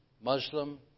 Muslim